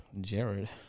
Jared